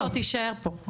הנציגות שלו תישאר פה.